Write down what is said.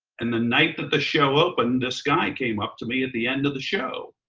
and the night that the show opened, this guy came up to me at the end of the show.